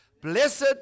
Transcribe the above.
blessed